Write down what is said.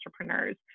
entrepreneurs